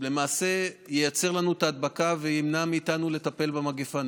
שלמעשה ייצר לנו את ההדבקה וימנע מאיתנו לטפל במגפה.